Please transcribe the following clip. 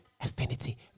Affinity